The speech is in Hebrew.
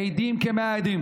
מעידים כמאה עדים